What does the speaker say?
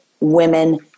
women